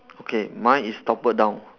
okay mine is toppled down